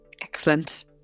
Excellent